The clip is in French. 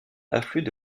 affluent